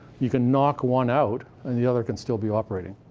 you can knock one out, and the other can still be operating.